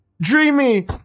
Dreamy